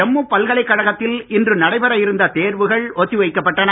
ஜம்மு பல்கலைக்கழகத்தில் இன்று நடைபெற இருந்த தேர்வுகள் ஒத்தி வைக்கப்பட்டன